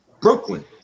Brooklyn